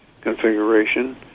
configuration